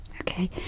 okay